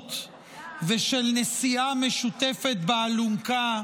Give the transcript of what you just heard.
אחדות ושל נשיאה משותפת באלונקה,